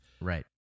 Right